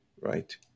right